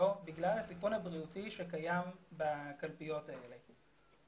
בגלל הסיכון הבריאותי שקיים בקלפיות האלה.